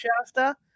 Shasta